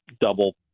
double